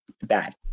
bad